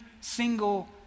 single